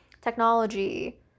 technology